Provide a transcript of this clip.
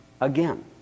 again